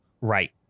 right